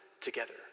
together